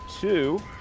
two